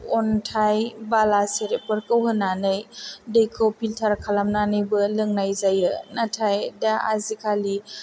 अन्थाइ बाला सेरेबफोरखौ होनानै दैखौ फिल्टार खालामनानैबो लोंनाय जायो नाथाय दा आजि खालि